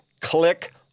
Click